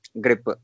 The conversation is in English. grip